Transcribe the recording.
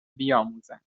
بیاموزند